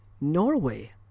norway